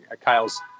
Kyle's